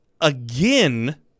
again